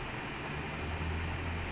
ya ellison always injured